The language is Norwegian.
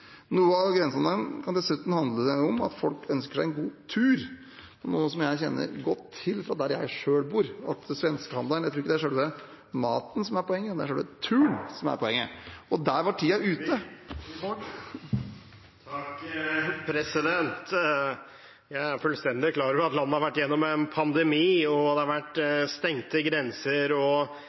Noe av grensehandelen kan dessuten handle om at folk ønsker seg en god tur. Det er noe jeg kjenner godt til fra der jeg selv bor. Jeg tror ikke det er maten som er selve poenget; det er turen som er poenget. Og der var tiden ute. Jeg er fullstendig klar over at landet har vært igjennom en pandemi, at det har vært stengte grenser, og